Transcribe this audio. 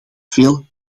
veel